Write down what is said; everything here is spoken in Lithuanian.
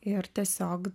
ir tiesiog